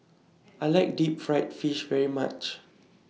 I like Deep Fried Fish very much